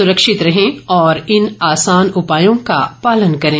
सुरक्षित रहें और इन आसान उपायों का पालन करें